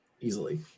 easily